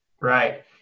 Right